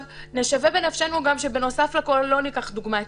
נשווה בנפשנו גם שבנוסף לכול לא ניקח כדוגמה את